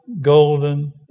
golden